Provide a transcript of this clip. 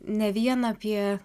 ne vien apie